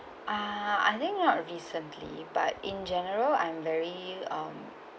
uh I think not recently but in general I'm very um